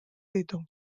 ditu